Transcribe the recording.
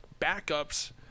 backups